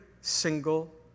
single